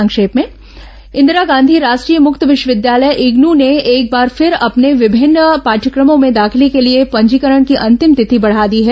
संक्षिप्त समाचार इंदिरा गांधी राष्ट्रीय मुक्त विश्वविद्यालय इग्नू ने एक बार फिर अपने विभिन्न पाठ्यक्रमों में दाखिले के लिए पंजीकरण की अंतिम तिथि बढ़ा दी है